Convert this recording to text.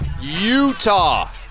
Utah